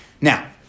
Now